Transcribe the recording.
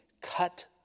cut